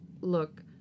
Look